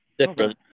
different